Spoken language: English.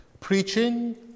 preaching